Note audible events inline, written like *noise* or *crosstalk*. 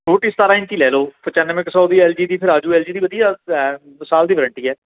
ਛੋਟੀ ਸਤਾਰਾਂ ਇੰਚੀ ਲੈ ਲਓ ਪਚਾਨਵੇਂ ਕੁ ਸੌ ਦੀ ਐਲ ਜੀ ਦੀ ਫਿਰ ਆ ਜੂ ਐਲ ਜੀ ਦੀ ਵਧੀਆ *unintelligible* ਸਾਲ ਦੀ ਵਰੰਟੀ ਹੈ